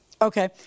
Okay